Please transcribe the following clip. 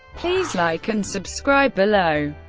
please like and subscribe below.